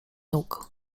nóg